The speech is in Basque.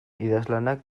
idazlanak